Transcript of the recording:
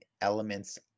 elements